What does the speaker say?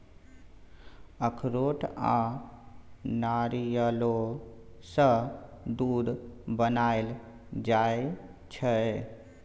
अखरोट आ नारियलो सँ दूध बनाएल जाइ छै